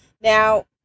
now